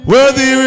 Worthy